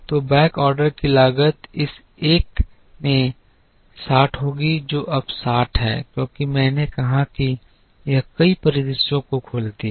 तो बैकऑर्डर की लागत इस 1 में 60 होगी जो अब 60 है क्योंकि मैंने कहा कि यह कई परिदृश्यों को खोलती है